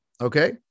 Okay